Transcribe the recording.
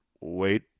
wait